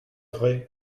vrai